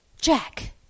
jack